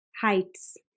heights